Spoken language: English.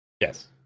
Yes